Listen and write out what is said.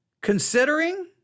Considering